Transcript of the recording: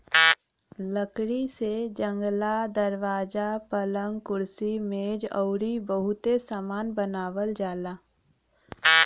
लकड़ी से जंगला, दरवाजा, पलंग, कुर्सी मेज अउरी बहुते सामान बनावल जाला